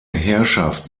herrschaft